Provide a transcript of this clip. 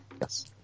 Yes